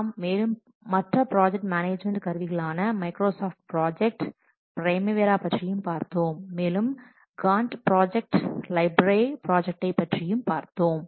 நாம் மேலும் மற்ற ப்ராஜெக்ட் மேனேஜ்மென்ட் கருவிகளான மைக்ரோசாஃப்ட் ப்ராஜெக்ட் பிரைமாவேரா பற்றியும் பார்த்தோம் மேலும் காண்ட் ப்ராஜெக்ட் லைப்ரே ப்ராஜெக்டை பற்றியும் பார்த்தோம்